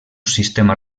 sistema